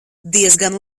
diezgan